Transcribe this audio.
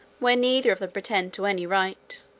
where neither of them pretend to any right.